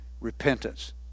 repentance